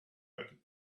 but